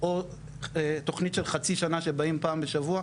או תוכנית של חצי שנה שבאים פעם בשבוע,